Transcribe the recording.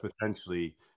potentially